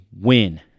win